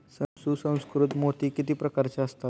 सुसंस्कृत मोती किती प्रकारचे असतात?